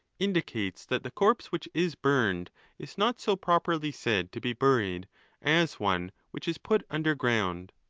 indicates, that the corpse which is burned is not so properly said to be buried as one which is put under ground.